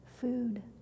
food